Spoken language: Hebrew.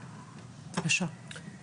בבקשה.